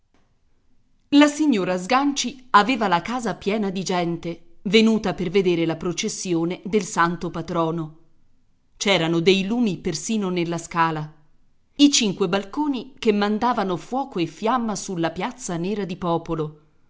la signora sganci aveva la casa piena di gente venuta per vedere la processione del santo patrono c'erano dei lumi persino nella scala i cinque balconi che mandavano fuoco e fiamma sulla piazza nera di popolo